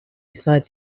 beside